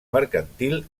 mercantil